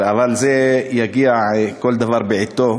אבל זה יגיע, כל דבר בעתו.